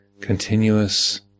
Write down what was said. continuous